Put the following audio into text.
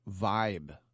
vibe